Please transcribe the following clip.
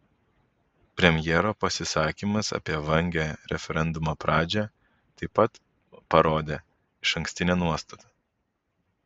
premjero pasisakymas apie vangią referendumo pradžią taip pat parodė išankstinę nuostatą